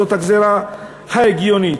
זאת הגזירה ההגיונית.